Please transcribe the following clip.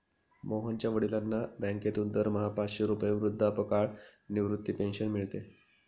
मोहनच्या वडिलांना बँकेतून दरमहा पाचशे रुपये वृद्धापकाळ निवृत्ती पेन्शन मिळते